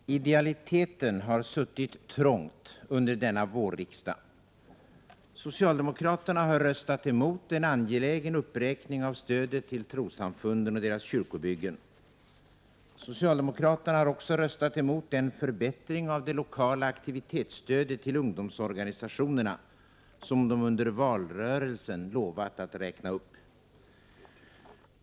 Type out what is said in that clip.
Fru talman! Idealiteten har suttit trångt under denna vårriksdag. Socialdemokraterna har röstat emot en angelägen uppräkning av stödet till trossamfunden och deras kyrkobyggen. Socialdemokraterna har också röstat emot den förbättring av det lokala aktivitetsstödet till ungdomsorganisationerna som de under valrörelsen lovat att räkna upp.